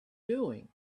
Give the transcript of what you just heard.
doing